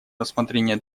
рассмотрение